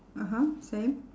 (uh huh) same